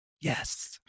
Yes